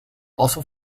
also